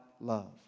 love